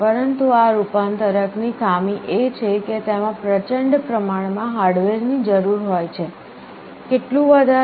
પરંતુ આ રૂપાંતરક ની ખામી એ છે કે તેમાં પ્રચંડ પ્રમાણમાં હાર્ડવેરની જરૂર હોય છે કેટલું વધારે